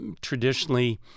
Traditionally